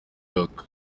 york